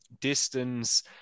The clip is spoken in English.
distance